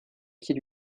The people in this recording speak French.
pied